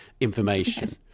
information